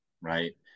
Right